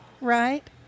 right